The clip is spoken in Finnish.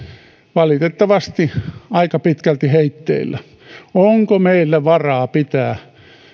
valitettavasti aika pitkälti heitteillä onko meillä varaa pitää